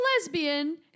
lesbian